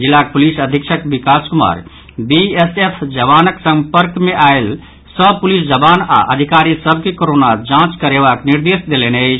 जिलाक पुलिस अधीक्षक विकास कुमार बीएसएफ जवानक संपर्क मे आयल सभ पुलिस जवान आओर अधिकारी सभ के कोरोना जांच करेबाक निर्देश देलनि अछि